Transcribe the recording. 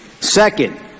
Second